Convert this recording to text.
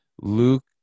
Luke